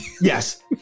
Yes